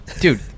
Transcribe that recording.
dude